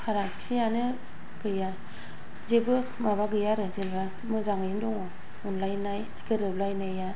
फारागथियानो गैया जेबो माबा गैया आरो जेनेबा मोजाङैनो दङ अनलायनाय गोरोबलायनाया